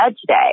today